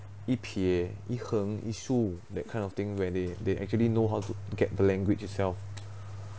一撇一横一竖 that kind of thing where they they actually know how to to get the language itself